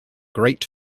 great